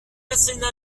asséna